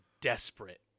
desperate